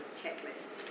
checklist